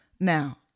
Now